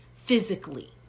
physically